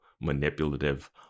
manipulative